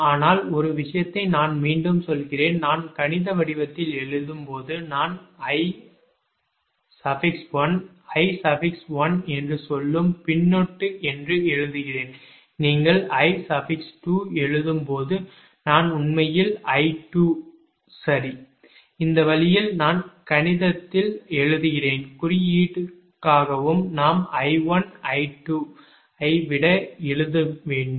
ஆனால் ஒரு விஷயத்தை நான் மீண்டும் சொல்கிறேன் நான் கணித வடிவத்தில் எழுதும்போது நான் I1 I1 என்று சொல்லும் பின்னொட்டு என்று எழுதுகிறேன் நீங்கள் I2 எழுதும் போது நான் உண்மையில் I2 சரி இந்த வழியில் நான் கணிதத்தில் எழுதுகிறேன் குறியீட்டுக்காகவும் நாம் I1I2 ஐ விட எழுத வேண்டும்